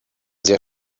sehr